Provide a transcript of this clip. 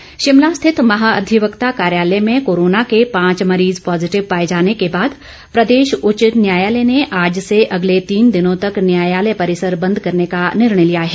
कार्यालय सील शिमला स्थित महाधिवक्ता कार्यालय में कोरोना के पांच मरीज पॉजिटिव पाए जाने के बाद प्रदेश उच्च न्यायालय ने आज से अगले तीन दिनों तक न्यायालय परिसर बंद करने का निर्णय लिया है